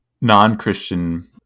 non-Christian